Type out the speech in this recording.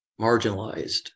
marginalized